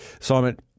Simon